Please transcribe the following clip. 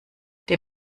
der